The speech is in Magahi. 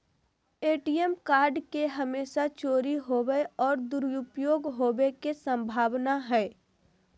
ए.टी.एम कार्ड के हमेशा चोरी होवय और दुरुपयोग होवेय के संभावना हइ